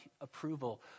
approval